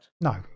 No